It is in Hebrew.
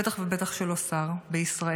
בטח ובטח שלא שר בישראל.